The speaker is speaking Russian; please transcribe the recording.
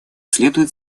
следует